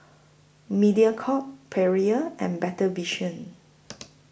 Mediacorp Perrier and Better Vision